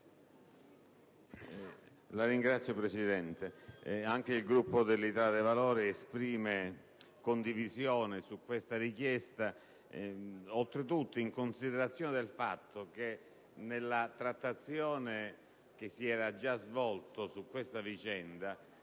Signor Presidente, anche il Gruppo dell'Italia dei Valori esprime condivisione su questa richiesta, oltretutto in considerazione del fatto che nella trattazione che si è già svolta su questa vicenda